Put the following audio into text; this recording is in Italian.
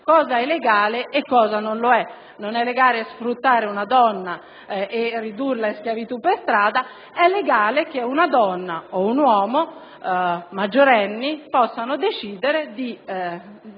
cosa è legale e cosa non lo è. Non è legale sfruttare una donna e ridurla in schiavitù per strada; è legale che una donna o un uomo maggiorenni possano decidere di